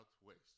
Southwest